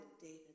David